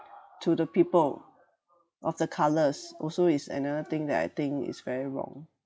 to the people of the colours also is another thing that I think is very wrong